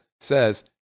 says